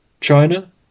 China